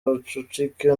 ubucucike